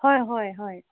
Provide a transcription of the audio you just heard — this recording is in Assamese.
হয় হয় হয়